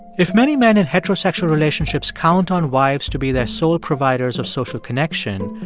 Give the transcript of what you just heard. if many men in heterosexual relationships count on wives to be their sole providers of social connection,